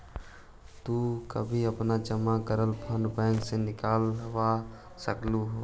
तु कभी अपना जमा करल फंड बैंक से निकलवा सकलू हे